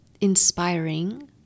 inspiring